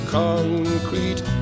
concrete